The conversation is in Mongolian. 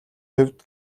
хувьд